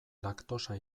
laktosa